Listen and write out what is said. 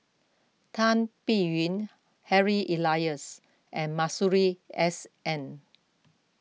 Tan Biyun Harry Elias and Masuri S N